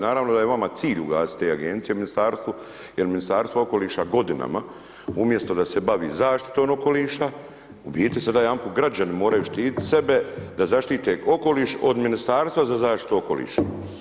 Naravno da je vama ugasiti cilj ugasit te agencije u ministarstvu, jer Ministarstvo okoliša godinama umjesto da se bavi zaštitom okoliša u biti sada jedanput građani moraju štitit sebe da zaštite okoliš od Ministarstva za zaštitu okoliša.